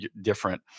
different